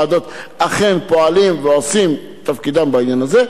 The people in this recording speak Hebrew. אכן פועלים ועושים את תפקידם בעניין הזה,